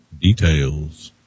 Details